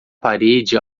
parede